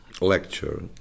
lecture